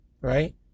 right